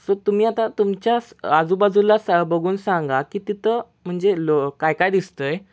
so तुम्ही आता तुमच्या आजूबाजूला स बघून सांगा की तिथं म्हणजे लो काय काय दिसत आहे